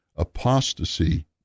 apostasy